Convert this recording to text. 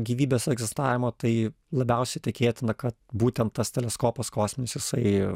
gyvybės egzistavimo tai labiausiai tikėtina kad būtent tas teleskopas kosminis jisai